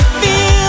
feel